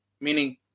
meaning